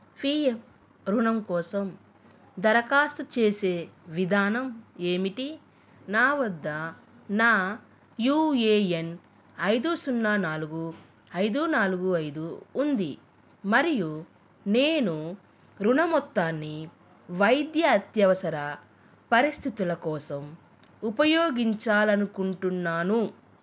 PF రుణం కోసం దరఖాస్తు చేసే విధానం ఏమిటి నా వద్ద నా యూఏఎన్ ఐదు సున్నా నాలుగు ఐదు నాలుగు ఐదు ఉంది మరియు నేను రుణ మొత్తాన్ని వైద్య అత్యవసర పరిస్థితుల కోసం ఉపయోగించాలనుకుంటున్నాను